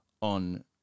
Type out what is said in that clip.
on